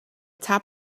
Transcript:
top